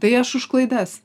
tai aš už klaidas